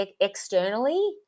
externally